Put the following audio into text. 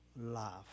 love